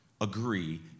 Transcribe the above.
agree